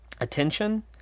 attention